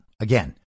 Again